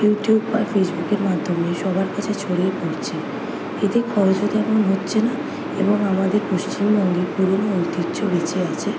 YouTube বা ফেসবুকের মাধ্যমে সবার কাছে ছড়িয়ে পড়ছে এতে খরচও তেমন হচ্ছে না এবং আমাদের পশ্চিমবঙ্গে পুরনো ঐতিহ্য বেঁচে আছে